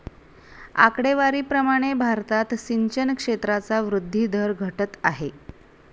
आकडेवारी प्रमाणे भारतात सिंचन क्षेत्राचा वृद्धी दर घटत आहे